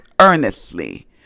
earnestly